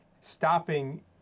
stopping